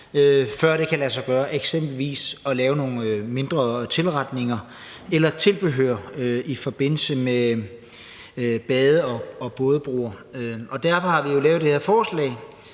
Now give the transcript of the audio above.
før det kan lade sig gøre eksempelvis at lave nogle mindre tilretninger eller tilbehør i forbindelse med bade- og bådebroer. Og derfor har vi jo lavet det her forslag.